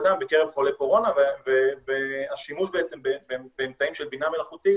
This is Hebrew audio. הדם בקרב חולי קורונה והשימוש באמצעים של בינה מלאכותית